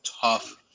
tough